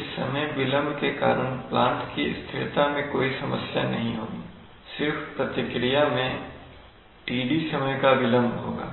इस समय विलंब के कारण प्लांट की स्थिरता में कोई समस्या नहीं होगी सिर्फ प्रतिक्रिया मैं td समय का विलंब होगा